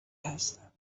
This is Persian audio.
هستم